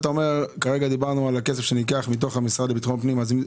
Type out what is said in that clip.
כרגע דיברנו על הסף שנלקח מתוך המשרד לביטחון פנים.